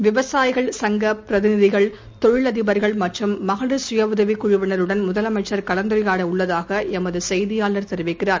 விவசாயிகள் சங்கப் பிரதிநிதிகள் தொழிலதிபர்கள் மற்றும் மகளிர் சுயஉதவிக் குழுவினருடன் முதலமைச்சர் கலந்துரையாடவுள்ளதாகளமதுசெய்தியாளர் தெரிவிக்கிறார்